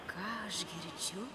ką aš girdžiu